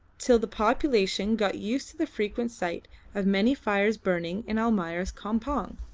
till the population got used to the frequent sight of many fires burning in almayer's campong,